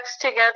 together